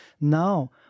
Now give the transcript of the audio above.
Now